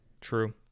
True